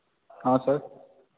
हाँ सर